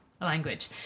language